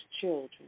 children